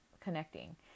connecting